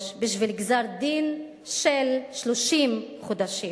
תקרא קריאת ביניים אחת, מספיק.